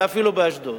ואפילו באשדוד,